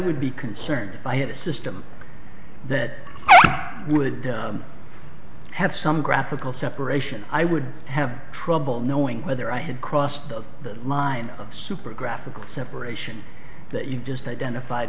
would be concerned if i had a system that would have some graphical separation i would have trouble knowing whether i had crossed the line of super graphical separation that you just identified